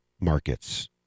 markets